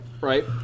Right